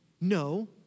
No